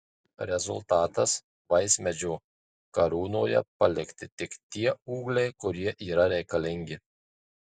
rezultatas vaismedžio karūnoje palikti tik tie ūgliai kurie yra reikalingi